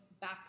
back